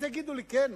אז יגידו לי: כן,